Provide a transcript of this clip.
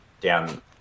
down